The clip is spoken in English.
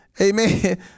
Amen